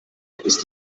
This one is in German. ist